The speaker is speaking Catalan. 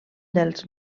dels